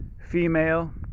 female